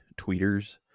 tweeters